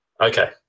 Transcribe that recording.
Okay